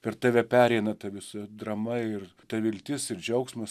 per tave pereina ta visa drama ir ta viltis ir džiaugsmas